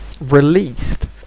Released